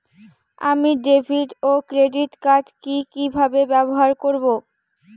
আমি ডেভিড ও credit card কি কিভাবে ব্যবহার করব?